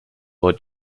for